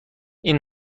این